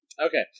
Okay